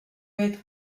être